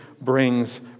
brings